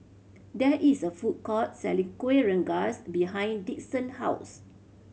there is a food court selling Kueh Rengas behind Dixon house